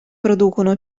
producono